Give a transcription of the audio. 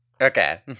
Okay